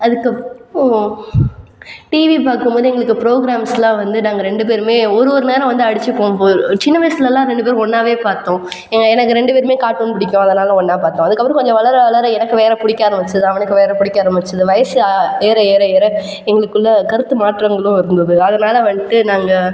அதுக்கப்போ TV பார்க்கும்போது எங்களுக்கு புரோக்ராம்ஸ்லாம் வந்து நாங்கள் ரெண்டு பேருமே ஒரு ஒரு நேரம் வந்து அடித்துப்போம் சின்ன வயசுலலாம் ரெண்டு பேரும் ஒன்றாவே பார்த்தோம் எங்கள் எனக்கு ரெண்டு பேருக்கும் கார்ட்டூன் பிடிக்கும் அதனால் ஒன்றாவே பார்த்தோம் அதுக்கப்புறம் கொஞ்சம் வளர வளர எனக்கு வேறே பிடிக்க ஆரம்பித்தது அவனுக்கு வேறே பிடிக்க ஆரம்பித்தது வயசு ஏற ஏற ஏற எங்களுக்குள்ளே கருத்து மாற்றங்களும் இருந்தது அதனால் வந்துட்டு நாங்கள்